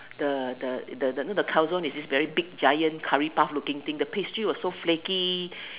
the the the you know the calzone is this very big giant curry puff looking thing the pasty was so flaky